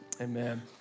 Amen